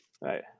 Right